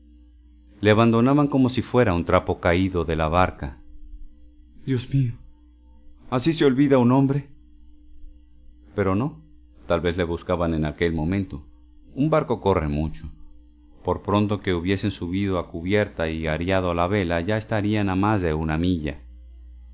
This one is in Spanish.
le abandonaban como si fuese un trapo caído de la barca dios mío así se olvida a un hombre pero no tal vez le buscaban en aquel momento un barco corre mucho por pronto que hubiesen subido a cubierta y arriado vela ya estarían a más de una milla